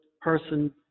person